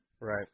right